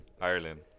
Ireland